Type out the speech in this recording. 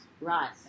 Right